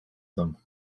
them